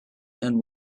and